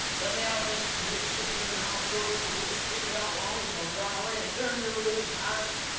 let me out'n this here cistern and i'll show you who'll stick it out longest on dry land, dern your religious hides!